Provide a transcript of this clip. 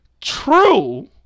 true